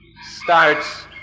starts